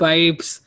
Pipes